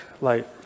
light